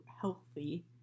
healthy